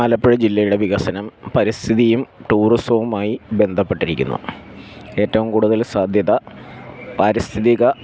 ആലപ്പുഴ ജില്ലയുടെ വികസനം പരിസ്ഥിതിയും ടൂറിസവുമായി ബന്ധപ്പെട്ടിരിക്കുന്നു ഏറ്റവും കൂടുതല് സാധ്യത പാരിസ്ഥിതിക